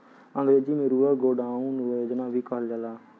अंग्रेजी में rural godown योजना भी कहल जाला